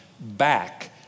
back